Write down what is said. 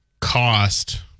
cost